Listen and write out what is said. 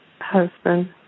husband